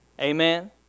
Amen